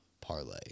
parlay